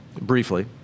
Briefly